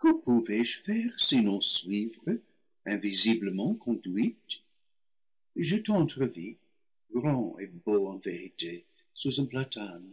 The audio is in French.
que pouvais-je faire sinon suivre invisiblement conduite je t'entrevis grand et beau en vérité sous un platane